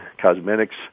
cosmetics